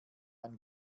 ein